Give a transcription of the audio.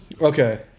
Okay